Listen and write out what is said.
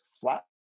flat